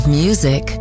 music